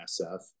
SF